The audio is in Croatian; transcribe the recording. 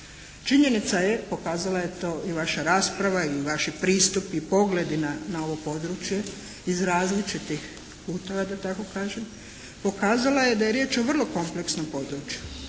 Činjenica je, pokazala je to i vaša rasprava ili vaši pristupi, pogledi na ovo područje iz različitih putova da tako kažem, pokazala je da je riječ o vrlo kompleksnom području,